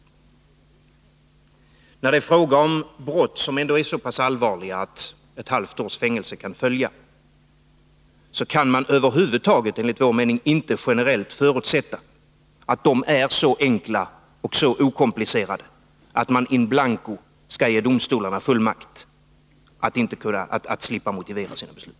För det första: När det är fråga om brott som ändå är så pass allvarliga att ett halvt års fängelse kan följa kan man enligt vår mening över huvud taget inte generellt förutsätta att de är så enkla och okomplicerade att man in blanko skall ge domstolarna fullmakt att slippa motivera sina beslut.